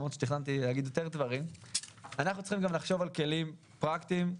אנחנו צריכים לחשוב על כלים פרקטיים.